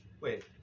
Wait